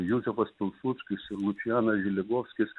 juzefas pilsudskis ir lučianas želigovskis